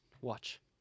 Watch